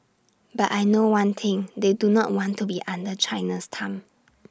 but I know one thing they do not want to be under China's thumb